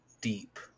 deep